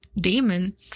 demon